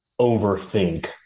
overthink